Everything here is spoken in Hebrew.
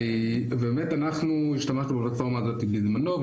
באמת אנחנו השתמשנו בפלטפורמה הזאת בזמנו,